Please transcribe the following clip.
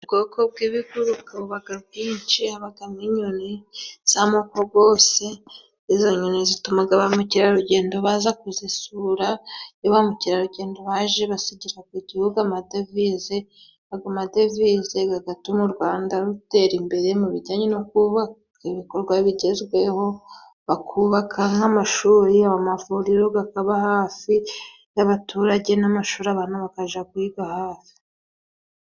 Ubwoko bw'ibiguruka bubaga bwinshi, habagamo inyoni z'amoko gose, izo noni zitumaga ba mukerarugendo baza kuzisura, iyo ba mukerarugendo baje basigiraga igihugu amadevize, ago madevize gagatuma u Rwanda rutera imbere, mu bijyanye no kubaka ibikorwa bigezweho, bakubaka nk'amashuri, amavuriro gakaba hafi y'abaturage n'amashuri abana bakaja kwiga hafi.